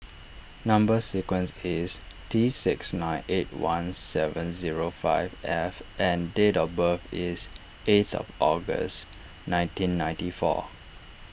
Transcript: Number Sequence is T six nine eight one seven zero five F and date of birth is eighth of August nineteen ninety four